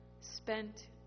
spent